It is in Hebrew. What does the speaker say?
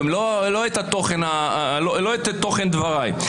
לא תוכן דבריי,